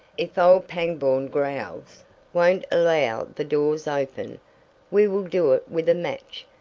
if old pangborn growls won't allow the doors open we will do it with a match!